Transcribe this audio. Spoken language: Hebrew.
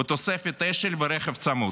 בתוספת אש"ל ורכב צמוד.